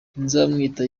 nzamwita